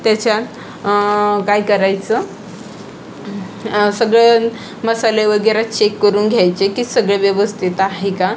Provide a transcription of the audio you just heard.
त्याच्या काय करायचं सगळं मसाले वगैरे चेक करून घ्यायचे की सगळे व्यवस्थित आहे का